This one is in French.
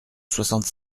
soixante